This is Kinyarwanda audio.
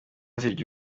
zirya